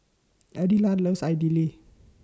Adelard loves Idili